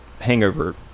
hangover